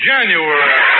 January